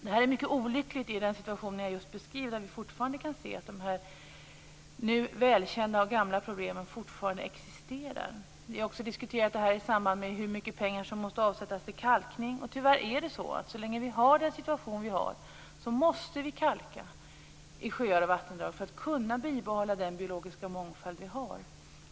Detta är mycket olyckligt i den situation som jag just har beskrivit, att vi fortfarande kan se att de nu välkända och gamla problemen fortfarande existerar. Vi har också diskuterat detta i samband med diskussionen om hur mycket pengar som måste avsättas till kalkning. Och tyvärr är det på det sättet att så länge som vi har den situation som vi har måste vi kalka i sjöar och vattendrag för att kunna bibehålla den biologiska mångfald som vi har.